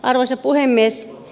arvoisa puhemies